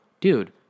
dude